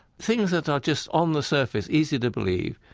things that are just on the surface, easy to believe,